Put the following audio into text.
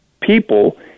people